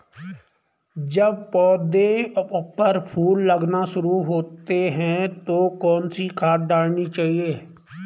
जब पौधें पर फूल लगने शुरू होते हैं तो कौन सी खाद डालनी चाहिए?